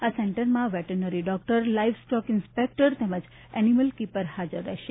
આ સેન્ટરમાં veterinary doctor livestock inspector તેમજ એનિમલ કિપર હાજર રહેશે